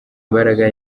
imbaraga